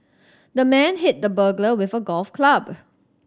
the man hit the burglar with a golf club